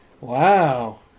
wow